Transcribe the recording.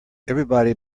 everybody